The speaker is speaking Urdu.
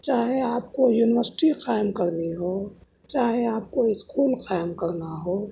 چاہے آپ کو یونیورسٹی قائم کرنی ہو چاہے آپ کو اسکول قائم کرنا ہو